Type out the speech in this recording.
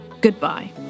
goodbye